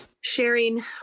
sharing